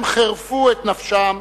הם חירפו את נפשם